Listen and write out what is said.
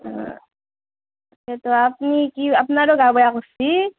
তাকেটো আপুনি কি আপোনাৰ গা বেয়া কচ্ছি